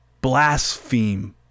blaspheme